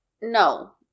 No